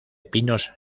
pinos